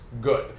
good